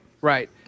Right